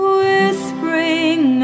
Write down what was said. Whispering